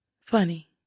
Funny